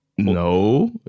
No